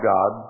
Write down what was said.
God